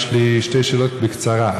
יש לי שתי שאלות בקצרה,